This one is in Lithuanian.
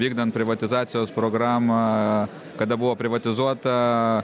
vykdant privatizacijos programą kada buvo privatizuota